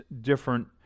different